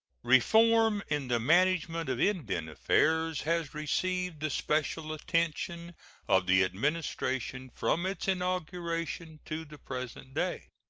reform in the management of indian affairs has received the special attention of the administration from its inauguration to the present day.